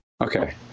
Okay